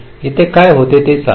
येथे काय होते ते सांगा